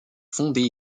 fondé